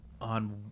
on